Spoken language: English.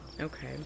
Okay